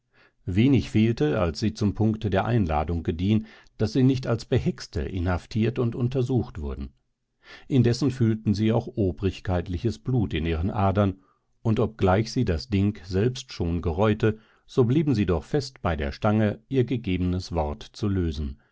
wenig fehlte als sie zum punkte der einladung gediehen daß sie nicht als behexte inhaftiert und untersucht wurden indessen fühlten sie auch obrigkeitliches blut in ihren adern und obgleich sie das ding selbst schon gereute so blieben sie doch fest bei der stange ihr gegebenes wort zu lösen